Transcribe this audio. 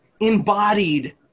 embodied